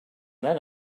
then